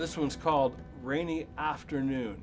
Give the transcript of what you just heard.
this one's called rainy afternoon